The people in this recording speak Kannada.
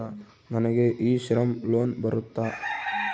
ನನಗೆ ಇ ಶ್ರಮ್ ಲೋನ್ ಬರುತ್ತಾ?